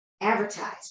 advertise